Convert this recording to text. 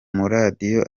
maradiyo